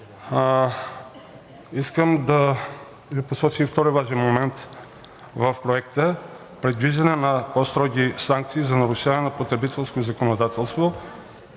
Искам да Ви посоча и втория важен в Проекта – предвиждане на по-строги санкции за нарушаване на потребителското законодателство,